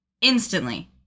Instantly